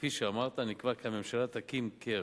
כפי שאמרת, נקבע כי הממשלה תקים קרן